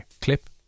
clip